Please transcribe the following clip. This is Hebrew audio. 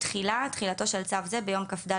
תחילה 6. תחילתו של צו זה ביום כ"ד